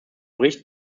bericht